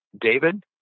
David